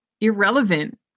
irrelevant